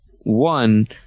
one